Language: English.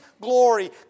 glory